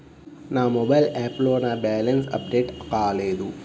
నా మొబైల్ యాప్లో నా బ్యాలెన్స్ అప్డేట్ కాలేదు